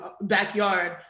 backyard